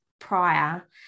prior